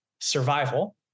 survival